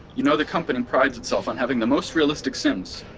you know the company prides itself on having the most realistic sims.